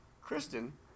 Kristen